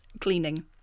Cleaning